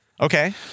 Okay